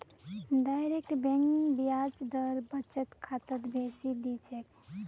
direct bank ब्याज दर बचत खातात बेसी दी छेक